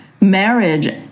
marriage